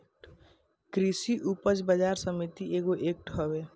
कृषि उपज बाजार समिति एगो एक्ट हवे